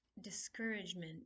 discouragement